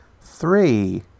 three